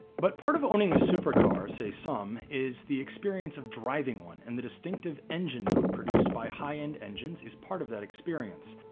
but part of owning a supercar, say some, is the experience of driving one. and the distinctive engine note produced by high end engines engines is part of that experience.